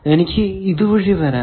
എനിക്ക് ഇത് വഴി വരാം